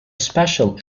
special